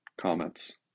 comments